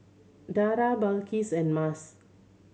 Dara Balqis and Mas